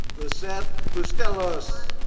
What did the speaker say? lizeth bustillos.